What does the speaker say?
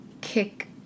kick